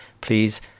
please